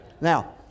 Now